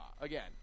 Again